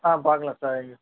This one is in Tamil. ஆ பார்க்கலாம் சார்